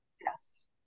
yes